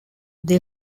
they